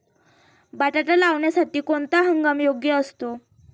बटाटा लावण्यासाठी कोणता हंगाम योग्य असतो?